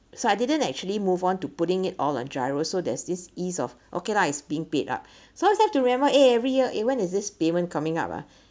so I didn't actually move on to putting it all on gyros so there's this ease of okay lah it's being paid up so you've to remember eh every year eh when is this payment coming up ah